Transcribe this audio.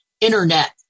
Internet